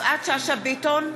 יפעת שאשא ביטון,